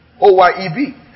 O-Y-E-B